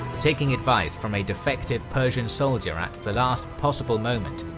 taking advice from a defected persian soldier at the last possible moment,